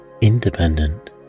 independent